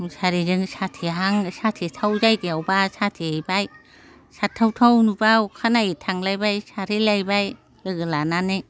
मुसारिजों साथेहां साथेथाव जायगायावब्ला साथेहैबाय सारथावथाव नुब्ला अखानायै थांलायबाय सारहैलायबाय लोगो लानानै